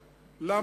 עלי,